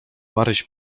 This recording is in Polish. maryś